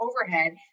overhead